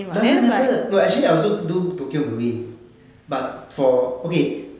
doesn't matter no actually I also do tokio marine but for okay